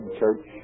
church